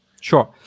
sure